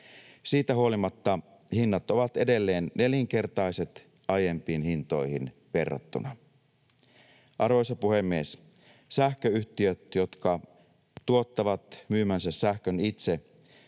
Siitä huolimatta hinnat ovat edelleen nelinkertaiset aiempiin hintoihin verrattuna. Arvoisa puhemies! Sähköyhtiöt, jotka tuottavat myymänsä sähkön itse,